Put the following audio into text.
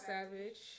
Savage